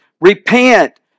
Repent